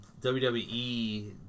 WWE